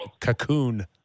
cocoon